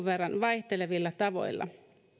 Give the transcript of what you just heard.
verran vaihtelevilla tavoilla